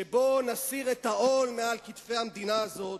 שבו נסיר את העול מעל כתפי המדינה הזאת,